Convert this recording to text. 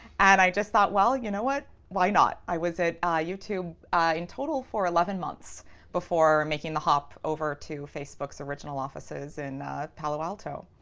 and i just thought well you know what? why not? i was at ah youtube in total for eleven months before making the hop over to facebook's original offices in palo alto.